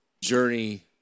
journey